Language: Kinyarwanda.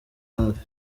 hafi